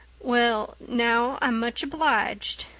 well now, i'm much obliged,